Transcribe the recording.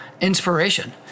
inspiration